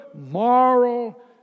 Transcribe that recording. moral